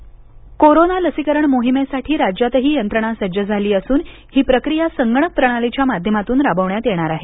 लसीकरण कोरोना लसीकरण मोहिमेसाठी राज्यातही यंत्रणा सज्ज झाली असून ही प्रक्रीया संगणक प्रणालीच्या माध्यमातून राबवण्यात येणार आहे